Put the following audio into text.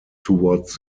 towards